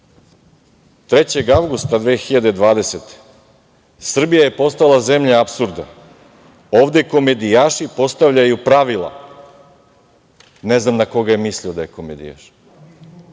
3. avgusta 2020. godine - Srbija je postala zemlja apsurda. Ovde komedijaši postavljaju pravila. Ne znam na koga je mislio da je komedijaš,